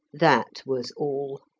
that was all.